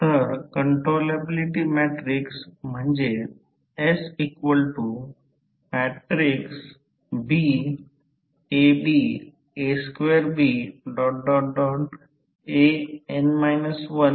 म्हणूनच रोहीत्रचे व्होल्टेज नियमन परिभाषित केले जाते दुय्यम टर्मिनल विद्युतदाबमधील निव्वळ बदल न भारपासून ते पूर्ण भार बदल पर्यंत